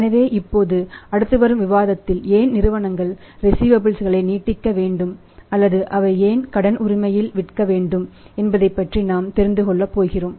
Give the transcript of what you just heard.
எனவே இப்போது அடுத்து வரும் விவாதத்தில் ஏன் நிறுவனங்கள் ரிஸீவபல்ஸ் களை நீட்டிக்க வேண்டும் அல்லது அவை ஏன் கடன் உரிமையில் விற்க வேண்டும் என்பதைப்பற்றி நாம் தெரிந்துகொள்ளப் போகிறோம்